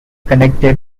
connected